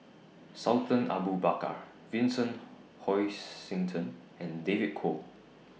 Sultan Abu Bakar Vincent Hoisington and David Kwo